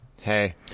Hey